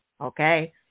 Okay